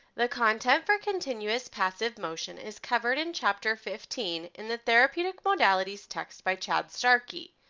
the content for continuous passive motion is covered in chapter fifteen in the therapeutic modalities text by chad starkey.